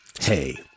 hey